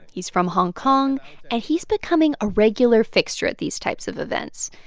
he's from hong kong. and he's becoming a regular fixture at these types of events.